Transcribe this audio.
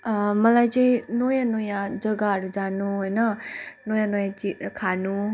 अँ मलाई चाहिँ नयाँ नयाँ जग्गाहरू जानु होइन नयाँ नयाँ चिजहरू खानु